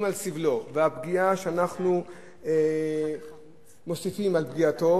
על סבלו והפגיעה שאנחנו מוסיפים על פגיעתו,